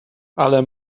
ale